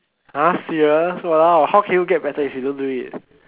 !huh! serious !walao! how can you get better if you don't do it